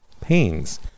pains